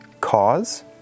cause